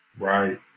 right